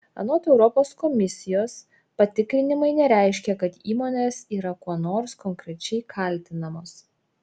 anot europos komisijos patikrinimai nereiškia kad įmonės yra kuo nors konkrečiai kaltinamos